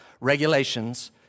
regulations